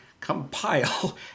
compile